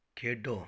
ਖੇਡੋ